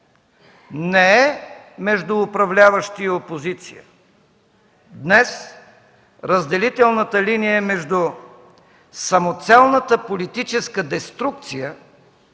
не е между управляващи и опозиция. Днес разделителната линия е между самоцелната политическа деструкция